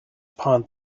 upon